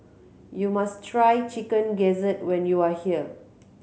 you must try Chicken Gizzard when you are here